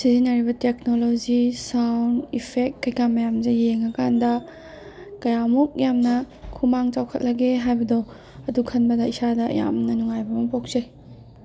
ꯁꯤꯖꯤꯟꯅꯔꯤꯕ technologies sound effect ꯀꯩꯀꯥ ꯃꯌꯥꯝꯖꯦ ꯌꯦꯡꯉ ꯀꯥꯟꯗ ꯀꯌꯥꯃꯨꯛ ꯌꯥꯝꯅ ꯈꯨꯃꯥꯡ ꯆꯥꯎꯈꯠꯂꯒꯦ ꯍꯥꯏꯕꯗꯣ ꯑꯗꯨ ꯈꯟꯕꯗ ꯏꯁꯥꯗ ꯌꯥꯝꯅ ꯅꯨꯡꯉꯥꯏꯕ ꯑꯃ ꯄꯣꯛꯆꯩ